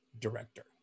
director